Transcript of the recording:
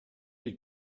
die